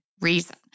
reason